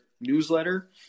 newsletter